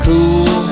Cool